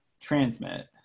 transmit